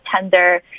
tender